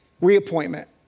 Reappointment